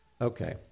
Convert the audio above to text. Okay